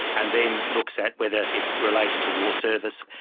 and then looks at whether it's related to war service.